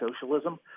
socialism